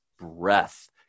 breath